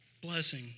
Blessing